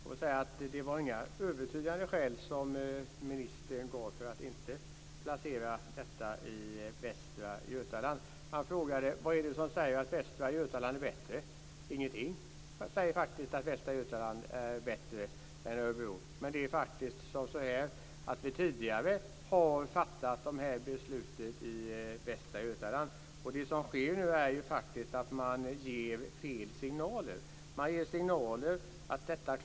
Fru talman! Det var inga övertygande skäl ministern gav för att inte placera detta i Västra Götaland. Han undrade vad det är som säger att Västra Götaland är bättre. Ingenting säger att Västra Götaland är bättre. Men vi har tidigare fattat beslut i Västra Götaland. Man ger fel signaler att Västra Götaland inte klarar detta.